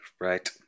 Right